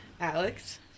Alex